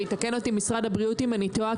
ויתקן אותי משרד הבריאות אם אני טועה,